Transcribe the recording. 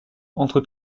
entre